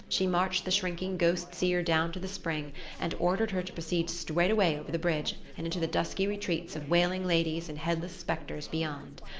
she marched the shrinking ghost-seer down to the spring and ordered her to proceed straightaway over the bridge and into the dusky retreats of wailing ladies and headless specters beyond.